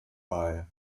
bei